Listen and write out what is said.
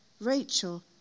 Rachel